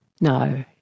no